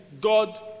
God